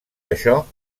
això